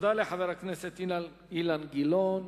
תודה לחבר הכנסת אילן גילאון.